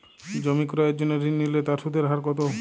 জমি ক্রয়ের জন্য ঋণ নিলে তার সুদের হার কতো?